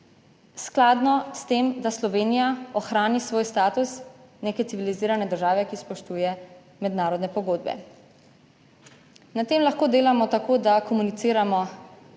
skladno s tem, da Slovenija ohrani svoj status neke civilizirane države, ki spoštuje mednarodne pogodbe. Na tem lahko delamo tako, da komuniciramo